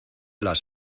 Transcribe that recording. las